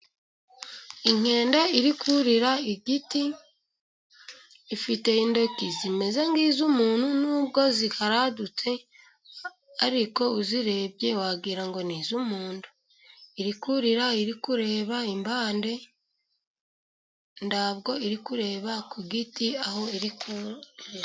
Inkende iri kurira igiti, ifite intoki zimeze nk'iz'umuntu nubwo ziharadutse, ariko uzirebye wagira ngo ni iz'umuntu, iri kurira iri kureba imbande, ntabwo iri kureba ku giti aho iri.